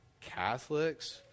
Catholics